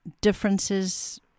differences